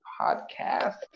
podcast